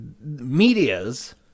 media's